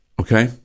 Okay